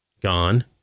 gone